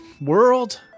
world